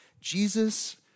Jesus